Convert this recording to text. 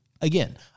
again